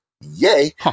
Yay